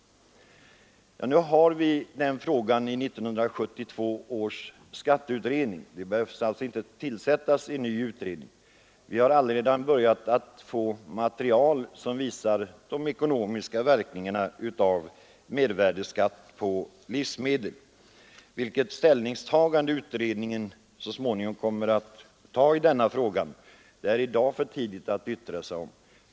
Nu behandlas den frågan av 1972 års skatteutredning, och en ny utredning behöver alltså inte tillsättas. Vi har allaredan börjat få material som visar de ekonomiska verkningarna av mervärdeskatt på livsmedel. Vilket ställningstagande utredningen så småningom kommer att göra i denna fråga är det i dag för tidigt att yttra sig om.